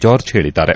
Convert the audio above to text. George ಹೇಳಿದ್ದಾರೆ